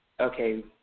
okay